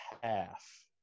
half